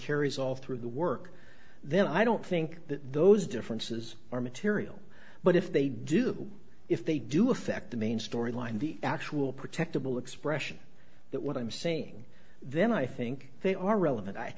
carries all through the work then i don't think that those differences are material but if they do if they do affect the main storyline the actual protectable expression that what i'm saying then i think they are relevant i